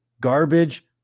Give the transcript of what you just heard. garbage